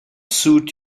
suit